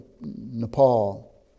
Nepal